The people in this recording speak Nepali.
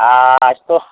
आँ यस्तो